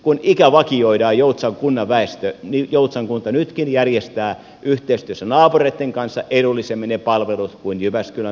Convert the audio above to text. kun joutsan kunnan väestön ikä vakioidaan niin joutsan kunta nytkin järjestää yhteistyössä naapureitten kanssa edullisemmin ne palvelut kuin jyväskylän kaupunki ne järjestää